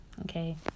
okay